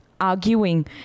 arguing